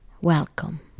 welcome